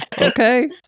okay